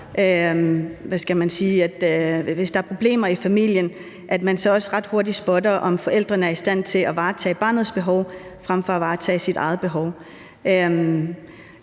hvis der er problemer i familien, ret hurtigt spotter, om forældrene er i stand til at varetage barnets behov frem for at varetage egne behov.